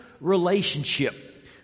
relationship